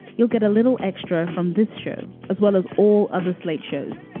you'll get a little extra from this show as well as all of the slate shows.